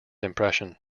impression